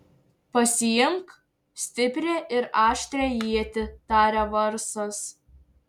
pasiimk stiprią ir aštrią ietį tarė varsas